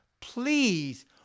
Please